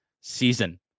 season